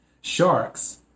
sharks